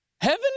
Heaven